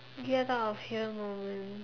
get of here moment